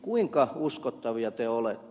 kuinka uskottavia te olette